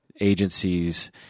agencies